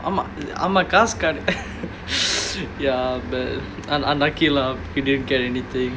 ஆமா ஆமா காசு கேட்டே:aamaa aamaa kaasu kettae ya but un~ unlucky lah didn't get anything